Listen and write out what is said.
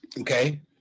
Okay